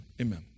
Amen